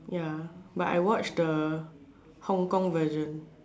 ya but I watch the Hong-Kong version